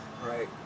Right